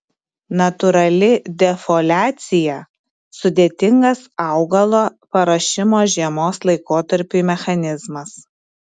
natūrali defoliacija sudėtingas augalo paruošimo žiemos laikotarpiui mechanizmas